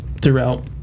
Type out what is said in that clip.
throughout